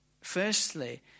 Firstly